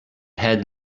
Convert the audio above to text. had